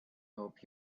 hope